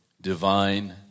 divine